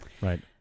right